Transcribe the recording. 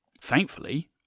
Thankfully